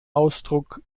ausdruck